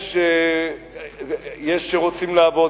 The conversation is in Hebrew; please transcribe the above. יש שרוצים לעבוד.